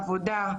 בעבודה,